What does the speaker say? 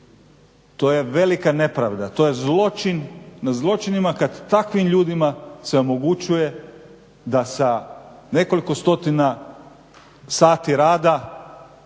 To je velika nepravda, to je zločin nad zločinima kad takvim ljudima se omogućuje da sa nekoliko stotina sati rada